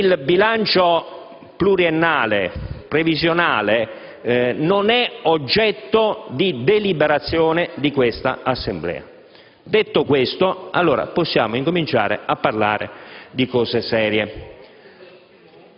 Il bilancio pluriennale previsionale non è oggetto di deliberazione di quest'Assemblea. Ciò chiarito, possiamo incominciare a parlare di cose serie.